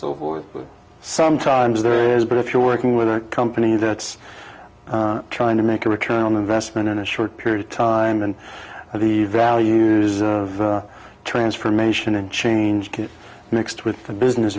so forth but sometimes there is but if you're working with our company that's trying to make a return on investment in a short period of time and i believe values of transformation and change get mixed with the business